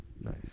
Nice